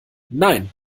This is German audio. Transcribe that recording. nein